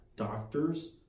Doctors